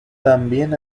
también